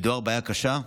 מדובר בבעיה קשה.